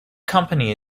company